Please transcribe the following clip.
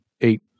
eight